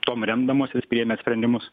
tom remdamosis priėmė sprendimus